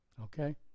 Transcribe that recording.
okay